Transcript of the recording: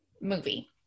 movie